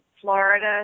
Florida